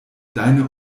deine